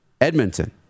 Edmonton